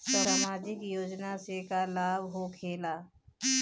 समाजिक योजना से का लाभ होखेला?